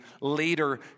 later